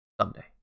someday